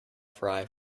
phi